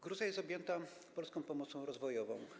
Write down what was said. Gruzja jest objęta polską pomocą rozwojową.